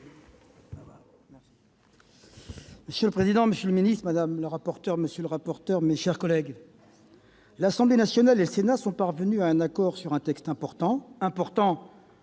Monsieur le président, monsieur le secrétaire d'État, madame, monsieur les rapporteurs, mes chers collègues, l'Assemblée nationale et le Sénat sont parvenus à un accord sur un texte important pour